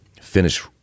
finish